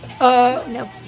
No